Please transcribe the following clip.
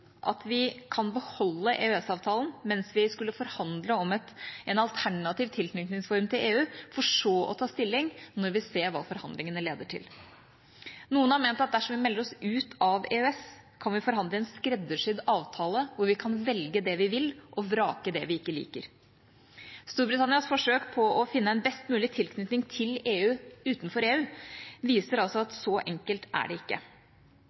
at vi kan beholde EØS-avtalen mens vi forhandler om en alternativ tilknytningsform til EU, for så å ta stilling når vi ser hva forhandlingene leder til. Noen har ment at dersom vi melder oss ut av EØS, kan vi forhandle en skreddersydd avtale hvor vi kan velge det vi vil, og vrake det vi ikke liker. Storbritannias forsøk på å finne en best mulig tilknytning til EU utenfor EU viser at så enkelt er det ikke.